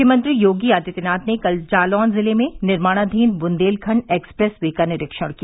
मुख्यमंत्री योगी आदित्यनाथ ने कल जालौन जिले में निर्माणाधीन बुंदेलखंड एक्सप्रेस वे का निरीक्षण किया